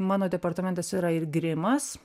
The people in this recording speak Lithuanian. mano departamentas yra ir grimas